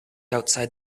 outside